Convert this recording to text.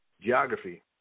geography